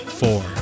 four